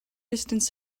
distance